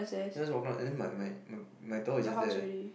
just walk lah and then my my my door is just there